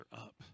up